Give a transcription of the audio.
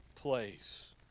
Place